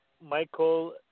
Michael